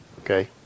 Okay